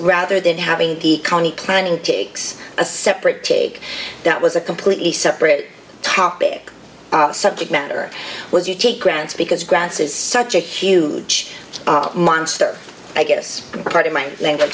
rather than having the county planning picks a separate take that was a completely separate topic subject matter was you take grants because grass is such a huge monster i guess part of my l